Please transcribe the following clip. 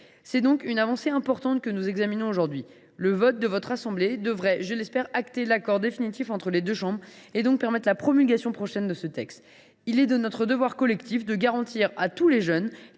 C’est donc d’une avancée importante que nous débattons aujourd’hui ; le vote de votre assemblée devrait acter l’accord définitif entre les deux chambres et permettre la promulgation prochaine de ce texte. Il est de notre devoir collectif de garantir à tous les jeunes,